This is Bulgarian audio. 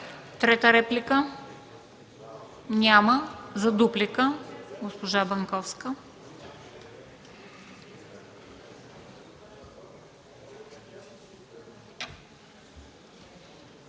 Трета реплика? Няма. За дуплика – госпожа Банковска.